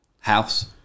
house